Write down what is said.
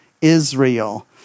Israel